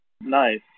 Nice